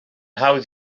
hawdd